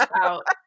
out